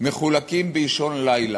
מחולקים באישון לילה,